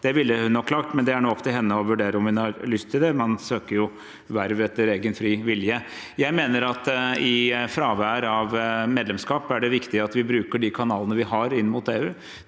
det ville hun nok klart, men det er opp til henne å vurdere om hun har lyst til det. Man søker jo verv etter egen fri vilje. Jeg mener at i fravær av medlemskap er det viktig at vi bruker de kanalene vi har, inn mot EU.